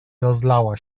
rozlała